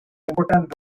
important